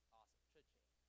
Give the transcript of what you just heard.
awesome